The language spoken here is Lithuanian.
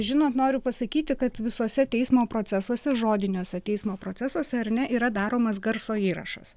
žinot noriu pasakyti kad visose teismo procesuose žodiniuose teismo procesuose ar ne yra daromas garso įrašas